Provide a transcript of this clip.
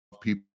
people